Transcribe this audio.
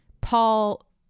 Paul